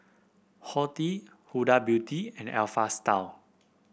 Horti Huda Beauty and Alpha Style